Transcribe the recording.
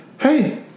hey